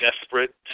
Desperate